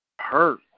Hurt